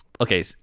Okay